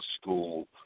school